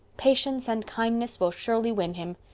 patience and kindness will surely win him.